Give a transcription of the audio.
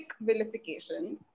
vilification